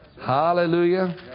Hallelujah